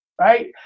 right